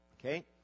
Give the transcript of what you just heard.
Okay